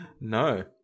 No